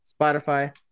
Spotify